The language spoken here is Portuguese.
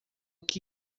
que